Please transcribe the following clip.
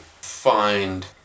find